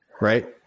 right